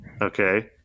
Okay